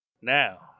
now